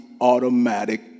automatic